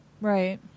Right